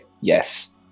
yes